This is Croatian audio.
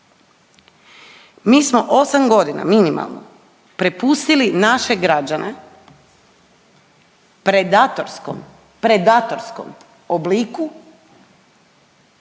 Mi smo osam godina minimalno prepustili naše građane predatorskom,